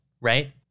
right